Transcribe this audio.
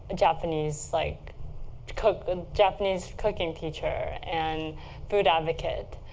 japanese like cooking japanese cooking teacher and food advocate.